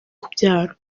kubyara